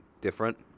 different